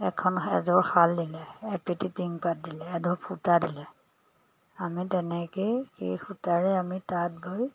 এখন এযোৰ শাল দিলে এপেটি টিংপাত দিলে এঢোপ সূতা দিলে আমি তেনেকেই সেই সূতাৰে আমি তাত গৈ